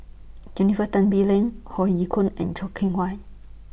Jennifer Tan Bee Leng Hoe Yeo Koon and Choo Keng Kwang